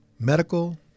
medical